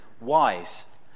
wise